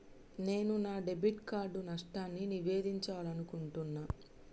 నేను నా debit card నష్టాన్ని నివేదించాలనుకుంటున్నా